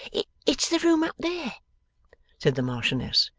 it's the room up there said the marchioness,